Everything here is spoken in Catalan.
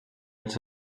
ells